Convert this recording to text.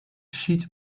sheet